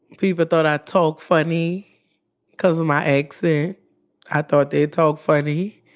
people thought i talked funny because of my accent. i thought they talked funny.